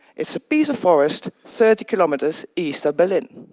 it's a piece of forest thirty kilometers east of berlin.